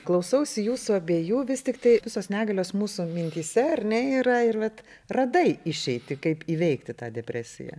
klausausi jūsų abiejų vis tiktai visos negalios mūsų mintyse ar ne yra ir vat radai išeitį kaip įveikti tą depresiją